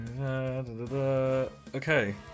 Okay